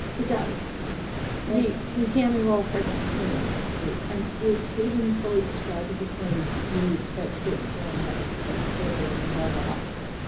it does, we we can enroll pregnant women. great, and is haven fully subscribed at this point or do you expect to expand the network further further and enroll more hospitals?